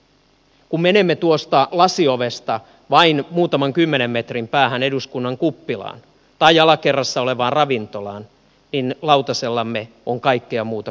kun menemme tuosta lasiovesta vain muutaman kymmenen metrin päähän eduskunnan kuppilaan tai alakerrassa olevaan ravintolaan niin lautasellamme on kaikkea muuta kuin suomalaista